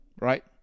right